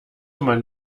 man